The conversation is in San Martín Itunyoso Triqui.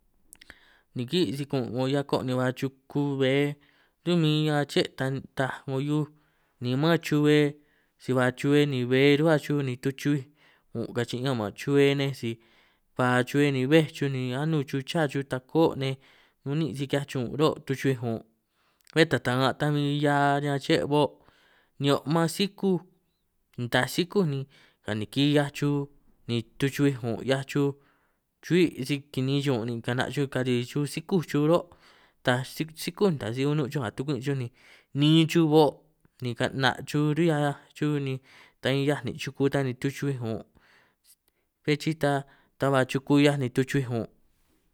Nikí' si kun' 'ngo hiako' ni ba chuku bbe, ru'min ñan ché' ta taaj 'ngo hiuj ni man chuhue si ba chuhue ni bbe ruhua xuj ni tuchi'ij un' kachin ñan man chuhue nej si ba chuhue ni bbéj chuj ni anun chuj chaj chuj takó nej, unin' si ki'hiaj chuj un' ro tuchu'huij un', bé taj ta'nga ta min 'hia riñan che o', nioo' man sikuj taaj sikúj ni kanikin 'hiaj chuj, ni tuchui'ij un' 'hiaj chuj chu'hui' si kini'in chuj un' ni ka'na' chuj kari' chuj sikúj chuj ro', taj si sikúj ni ta si unun' chuj nga tukwi' xuj ni niin chuj o' ni ka'na chuj ri'hia chuj ni taj 'hiaj nin' chuku ta ni tuchi'huij un', bé chi' ta ba chuku 'hiaj ni tuchu'huij ñun'